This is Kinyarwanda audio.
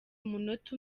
umunota